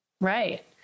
Right